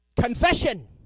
confession